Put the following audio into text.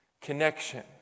connection